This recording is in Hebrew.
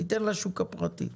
ניתן לשוק הפרטי.